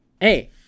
hey